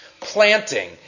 planting